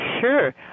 Sure